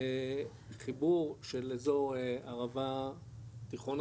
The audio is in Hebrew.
חיבור של אזור ערבה תיכונה